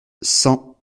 cent